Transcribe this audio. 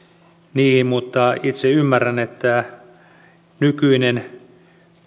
niihin mutta itse ymmärrän että nykyinen